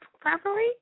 properly